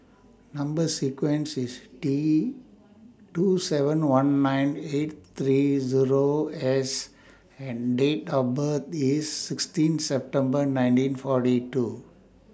Number sequence IS T two seven one nine eight three Zero S and Date of birth IS sixteen September nineteen forty two